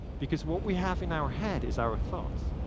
because what we have in our head is our thoughts.